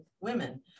women